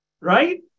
Right